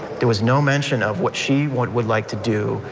there was no mention of what she would would like to do,